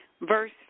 verse